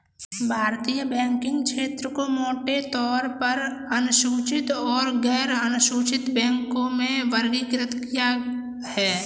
भारतीय बैंकिंग क्षेत्र को मोटे तौर पर अनुसूचित और गैरअनुसूचित बैंकों में वर्गीकृत किया है